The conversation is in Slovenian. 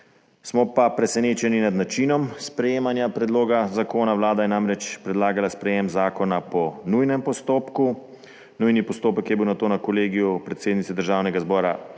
Smo pa presenečeni nad načinom sprejemanja predloga zakona. Vlada je namreč predlagala sprejetje zakona po nujnem postopku. Nujni postopek je bil nato na Kolegiju predsednice Državnega zbora